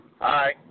Hi